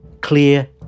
clear